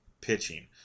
pitching